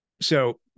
So-